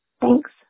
Thanks